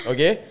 Okay